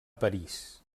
parís